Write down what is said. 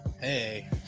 Hey